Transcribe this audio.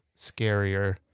scarier